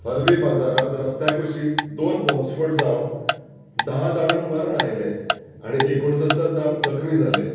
अरबी बाजारांत रस्त्या कुशीक दोन बॉम्सफोट जावन धा जाणांक मरण आयलें आनी एकुणसत्तर जाण जखमी जालें